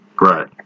Right